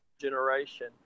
generation